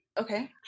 Okay